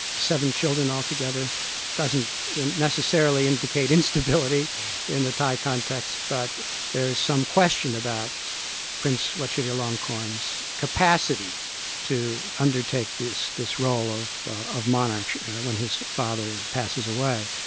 seven children altogether doesn't necessarily indicate instability in the thai context, but there is some question about prince yeah vajiralongkorn's capacity to undertake this this role of of monarch when his father passes away.